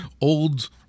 old